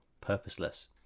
purposeless